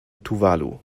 tuvalu